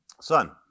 son